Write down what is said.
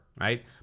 right